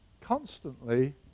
constantly